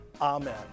Amen